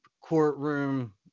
courtroom